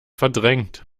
verdrängt